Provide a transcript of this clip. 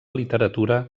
literatura